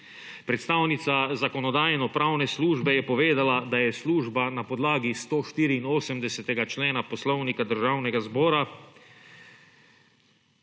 Predstavnica Zakonodajno-pravne službe je povedala, da je služba na podlagi 184. člena Poslovnika Državnega zbora